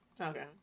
Okay